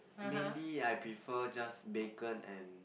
mainly I prefer just bacon and